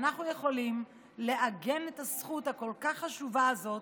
אנחנו יכולים לעגן את הזכות הכול כך חשובה הזאת